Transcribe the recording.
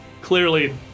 Clearly